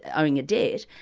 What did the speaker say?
owing a debt,